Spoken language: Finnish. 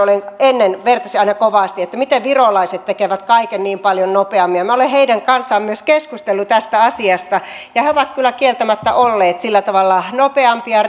ennen vertasin aina kovasti miten virolaiset tekevät kaiken niin paljon nopeammin ja minä olen heidän kanssaan myös keskustellut tästä asiasta he ovat kyllä kieltämättä olleet sillä tavalla nopeampia